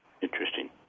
Interesting